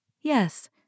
Yes